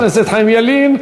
תודה לחבר הכנסת חיים ילין.